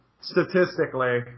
statistically